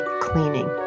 cleaning